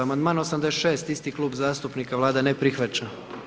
Amandman 86. isti klub zastupnika, Vlada ne prihvaća.